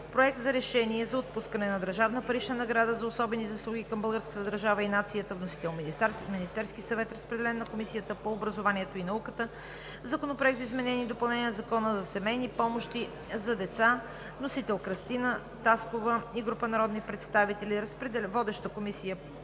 Проект за решение за отпускане на държавна парична награда за особени заслуги към българската държава и нацията. Вносител е Министерският съвет. Разпределен е на Комисията по образованието и науката. Законопроект за изменение и допълнение на Закона за семейните помощи за деца. Вносител е Кръстина Таскова и група народни представители. Водеща е Комисията по